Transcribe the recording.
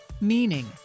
meaning